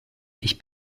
ich